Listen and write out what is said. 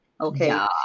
Okay